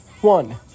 One